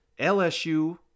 LSU